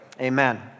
Amen